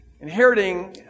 inheriting